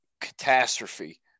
catastrophe